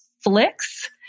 Flix